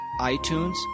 iTunes